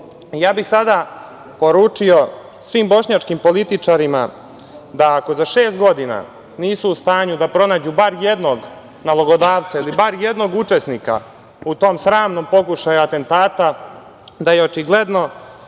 bih ja poručio svih bošnjačkim političarima da ako za šest godina nisu u stanju da pronađu bar jednog nalogodavca ili bar jednog učesnika u tom sramnom pokušaju atentata da je očigledno